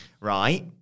Right